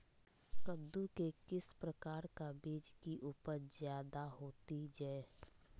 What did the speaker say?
कददु के किस प्रकार का बीज की उपज जायदा होती जय?